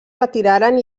retiraren